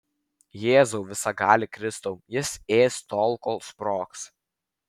jėzau visagali kristau jis ės tol kol sprogs